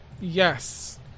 Yes